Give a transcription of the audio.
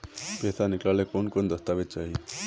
पैसा निकले ला कौन कौन दस्तावेज चाहिए?